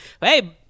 hey